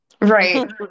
Right